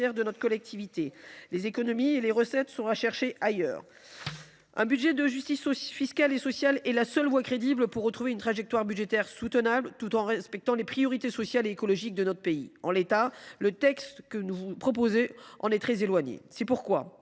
de nos collectivités. Les économies et les recettes sont à chercher ailleurs ! Un budget de justice fiscale et sociale est la seule voie crédible pour retrouver une trajectoire budgétaire soutenable tout en respectant les priorités sociales et écologiques de notre pays. En l’état, le texte que vous nous proposez en est très éloigné, messieurs